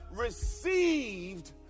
received